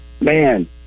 Man